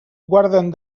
guarden